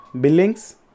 Billings